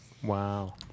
Wow